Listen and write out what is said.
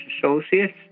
associates